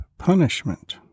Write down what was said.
punishment